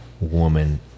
woman